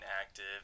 active